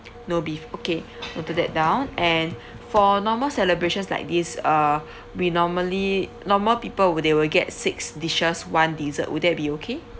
no beef okay noted that down and for normal celebrations like this uh we normally normal people will they will get six dishes one dessert would that be okay